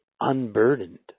unburdened